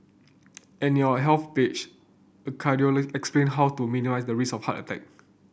and in our Health page a cardiologist explain how to minimise the risk of a heart attack